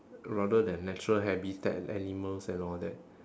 rather than natural habitat animals and all that